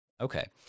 Okay